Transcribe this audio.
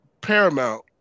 paramount